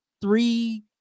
three